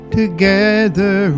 together